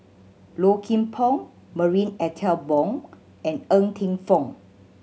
Low Kim Pong Marie Ethel Bong and Ng Teng Fong